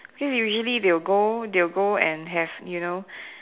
since usually they will go they will go and have you know